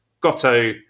Goto